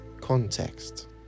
context